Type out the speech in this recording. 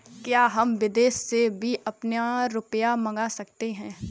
क्या हम विदेश से भी अपना रुपया मंगा सकते हैं?